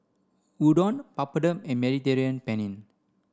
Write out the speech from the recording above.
Udon Papadum and Mediterranean Penne